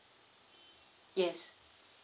yes